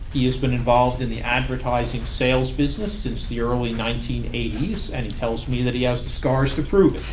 he has been involved in the advertising sales business since the early nineteen eighty s and he tells me that he has the scars to prove it.